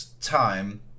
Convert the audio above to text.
time